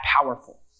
powerful